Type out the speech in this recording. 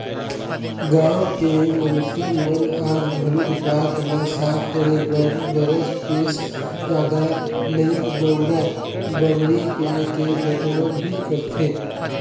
गाँव के मनसे मन आज घलोक दांत ल साफ करे बर बरस पेस्ट जादा नइ बउरय बमरी पेड़ के दतवन ही करथे